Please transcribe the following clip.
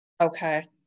okay